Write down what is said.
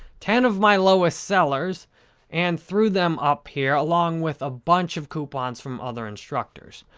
ten of my lowest sellers and through them up here, along with a bunch of coupons from other instructors.